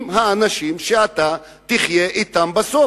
עם האנשים שאתה תחיה אתם בסוף.